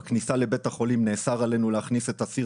בכניסה לבית החולים נאסר עלינו להכניס את הסיר